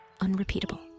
unrepeatable